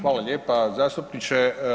Hvala lijepa zastupniče.